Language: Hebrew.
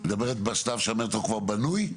את מדברת בשלב שהמטרו כבר בנוי?